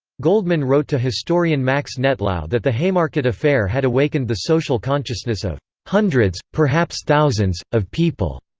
goldman wrote to historian max nettlau that the haymarket affair had awakened the social consciousness of hundreds, perhaps thousands, of people.